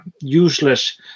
useless